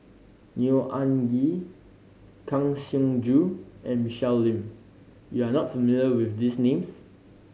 Neo Anngee Kang Siong Joo and Michelle Lim you are not familiar with these names